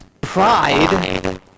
Pride